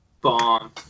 bomb